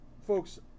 folks